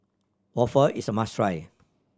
waffle is a must try